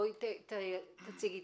בבקשה.